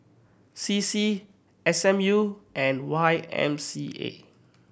C C S M U and Y M C A